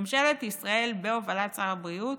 ממשלת ישראל, בהובלת שר הבריאות,